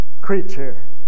creature